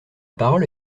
parole